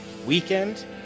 weekend